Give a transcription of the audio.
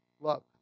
love